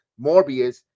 morbius